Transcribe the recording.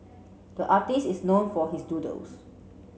the artist is known for his doodles